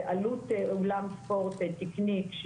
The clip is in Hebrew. ועלות אולם ספורט תקנית,